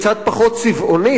קצת פחות צבעונית,